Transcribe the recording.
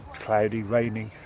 cloudy, raining,